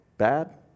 Bad